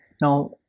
Now